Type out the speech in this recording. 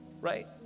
right